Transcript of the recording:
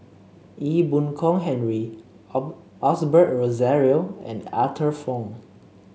Ee Boon Kong Henry Osbert Rozario and Arthur Fong